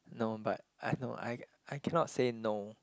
no but I have no I I cannot say no